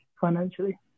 financially